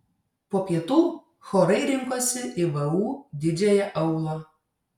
po pietų chorai rinkosi į vu didžiąją aulą